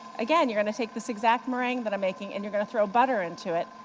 again you're going to take this exact meringue that i'm making, and you're going to throw butter into it,